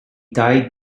died